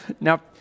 Now